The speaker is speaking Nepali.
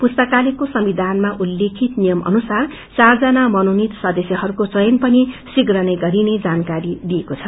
पुस्तकालयको संविधानामा उल्लेखित नियम अनुसार चार जना मनोनित सदस्यहरूको चयन पनि शीघ्र नै गरिने जानकारी दिइएको छ